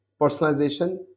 personalization